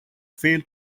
failed